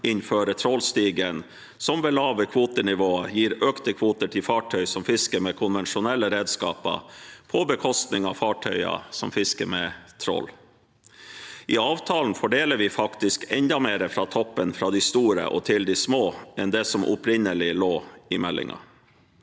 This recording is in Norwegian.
innføre trålstigen, som ved lave kvotenivå gir økte kvoter til fartøy som fisker med konvensjonelle redskaper, på bekostning av fartøyer som fisker med trål. I avtalen fordeler vi faktisk enda mer fra toppen, fra de store til de små, enn det som opprinnelig lå i meldingen.